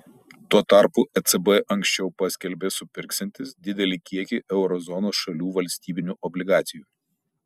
tuo tarpu ecb anksčiau paskelbė supirksiantis didelį kiekį euro zonos šalių valstybinių obligacijų